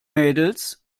mädels